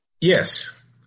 Yes